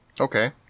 Okay